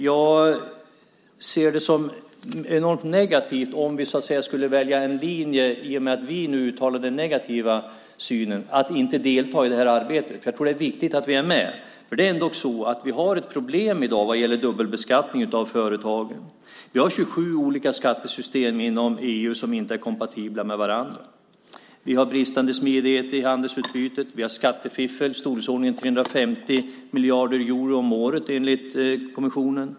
Jag ser det som enormt negativt om vi, i och med att vi uttalar den negativa synen, väljer att inte delta i arbetet. Jag tror att det är viktigt att vi är med. Vi har ändå ett problem i dag vad gäller dubbelbeskattning av företag. Vi har inom EU 27 olika skattesystem som inte är kompatibla med varandra. Vi har bristande smidighet i handelsutbytet. Vi har skattefiffel i storleksordningen 350 miljarder euro om året, enligt kommissionen.